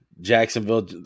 Jacksonville